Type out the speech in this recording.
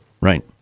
Right